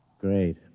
Great